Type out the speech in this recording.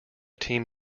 team